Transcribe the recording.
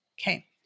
Okay